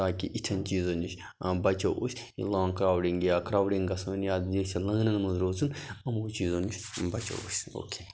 تاکہ یِتھٮ۪ن چیٖزَن نِش بَچو أسۍ یہِ لانٛگ کرٛاوڈِنٛگ یا کرٛاوڈِنٛگ گژھنہٕ یا زیچھِ لٲنَن منٛز روزُن یِمَو چیٖزو نِش بَچَو أسۍ او کے